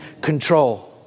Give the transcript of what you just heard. control